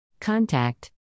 Contact